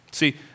See